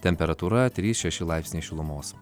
temperatūra trys šeši laipsniai šilumos